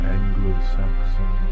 Anglo-Saxon